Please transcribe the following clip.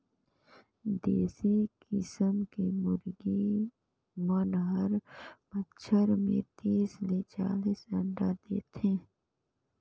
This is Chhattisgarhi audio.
देसी किसम के मुरगी मन हर बच्छर में तीस ले चालीस अंडा देथे